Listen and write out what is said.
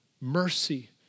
mercy